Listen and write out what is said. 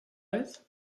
vez